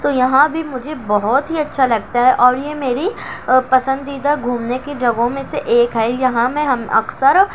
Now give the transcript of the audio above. تو یہاں بھی مجھے بہت ہی اچّھا لگتا ہے اور یہ میری پسندیدہ گھومنے کی جگہوں میں سے ایک ہے یہاں میں ہم اکثر